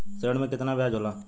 ऋण के कितना ब्याज होला?